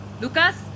Lucas